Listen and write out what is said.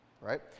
Right